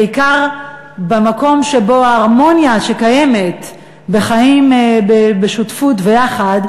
במקום שבו ההרמוניה קיימת בחיים בשותפות וביחד.